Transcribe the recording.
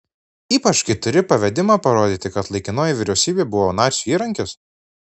ypač kai turi pavedimą parodyti kad laikinoji vyriausybė buvo nacių įrankis